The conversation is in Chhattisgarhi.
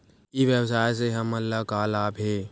ई व्यवसाय से हमन ला का लाभ हे?